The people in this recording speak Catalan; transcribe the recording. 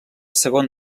segon